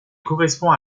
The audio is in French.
correspond